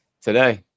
today